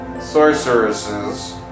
sorceresses